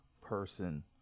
person